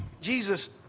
Jesus